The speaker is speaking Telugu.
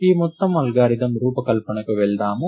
ఈ మొత్తం అల్గోరిథం రూపకల్పనకు వెళ్దాం